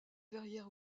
verrière